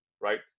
right